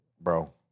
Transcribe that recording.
Bro